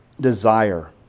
desire